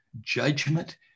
judgment